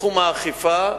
בתחום האכיפה,